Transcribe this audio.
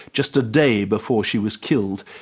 just a day before she was killed,